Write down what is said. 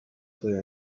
clear